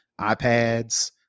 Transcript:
iPads